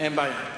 אין בעיה.